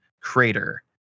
Crater